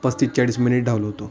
पस्तीस चाळीस मिनिट धावलो होतो